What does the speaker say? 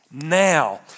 Now